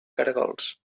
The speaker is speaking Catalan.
caragols